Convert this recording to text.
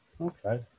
Okay